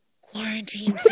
quarantine